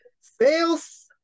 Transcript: sales